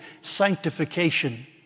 sanctification